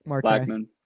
Blackman